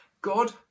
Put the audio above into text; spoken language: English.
God